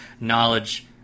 knowledge